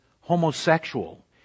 homosexual